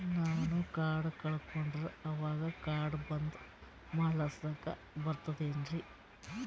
ನಾನು ಕಾರ್ಡ್ ಕಳಕೊಂಡರ ಅವಾಗ ಕಾರ್ಡ್ ಬಂದ್ ಮಾಡಸ್ಲಾಕ ಬರ್ತದೇನ್ರಿ?